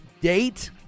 date